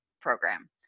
program